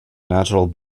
natural